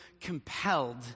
compelled